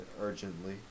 urgently